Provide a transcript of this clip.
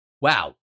Wow